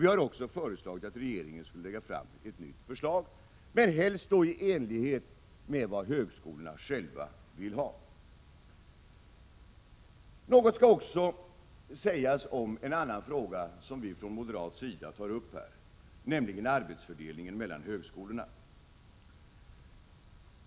Vi har också föreslagit att regeringen skall lägga fram ett nytt förslag, helst i enlighet med vad högskolorna själva vill. Något skall också sägas om en annan fråga som vi från moderaterna tagit upp, nämligen arbetsfördelningen mellan högskolorna.